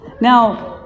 now